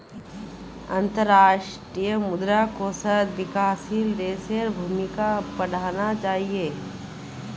अंतर्राष्ट्रीय मुद्रा कोषत विकासशील देशेर भूमिका पढ़ना चाहिए